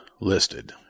listed